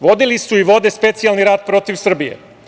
Vodili su i vode specijalni rat protiv Srbije.